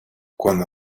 cuando